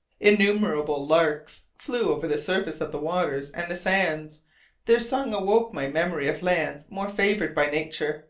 innumerable larks flew over the surface of the waters and the sands their song awoke my memory of lands more favoured by nature.